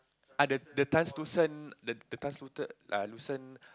ah the the translucent the the translucent ah translucent